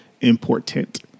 Important